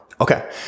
Okay